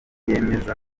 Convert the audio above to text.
yemeza